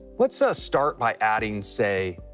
let's ah start by adding, say,